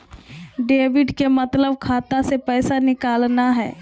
debit के मतलब खाता से पैसा निकलना हय